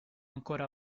ancora